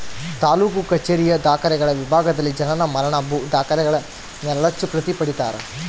ತಾಲೂಕು ಕಛೇರಿಯ ದಾಖಲೆಗಳ ವಿಭಾಗದಲ್ಲಿ ಜನನ ಮರಣ ಭೂ ದಾಖಲೆಗಳ ನೆರಳಚ್ಚು ಪ್ರತಿ ಪಡೀತರ